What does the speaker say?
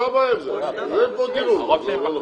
מה הבעיה עם זה, אין פה דילול, זה לא נכון.